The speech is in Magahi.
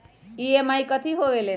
ई.एम.आई कथी होवेले?